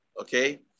okay